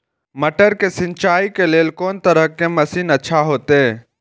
मटर के सिंचाई के लेल कोन तरह के मशीन अच्छा होते?